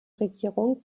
regierung